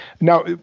Now